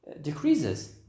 decreases